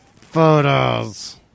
photos